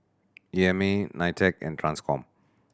E M A NITEC and Transcom